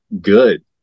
good